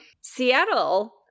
Seattle